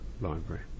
library